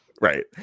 right